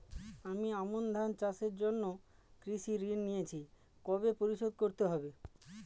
আমি আমন ধান চাষের জন্য কৃষি ঋণ নিয়েছি কবে পরিশোধ করতে হবে?